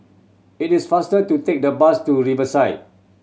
it is faster to take the bus to Riverside